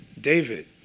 David